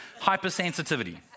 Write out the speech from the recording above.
hypersensitivity